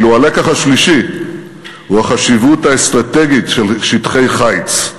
ואילו הלקח השלישי הוא החשיבות האסטרטגית של שטחי חיץ,